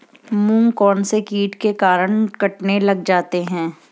मूंग कौनसे कीट के कारण कटने लग जाते हैं?